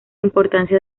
importancia